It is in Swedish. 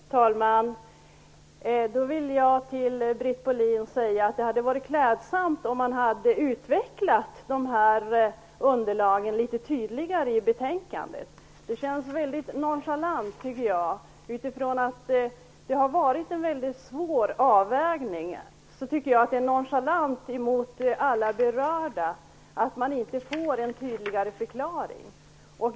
Fru talman! Då vill jag till Britt Bohlin säga att det hade varit klädsamt om man hade utvecklat dessa underlag mera i betänkandet. Eftersom det har varit en mycket svår avvägning tycker jag att det är nonchalant mot alla berörda att de inte får en tydligare förklaring.